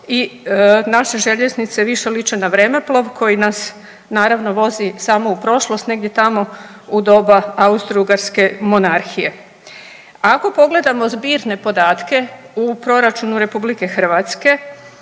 I naše željeznice više liče na vremeplov koji nas naravno vozi samo u prošlost negdje tamo u doba Austrougarske monarhije. Ako pogledamo zbirne podatke u proračunu Republike Hrvatske